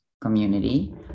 community